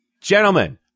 Gentlemen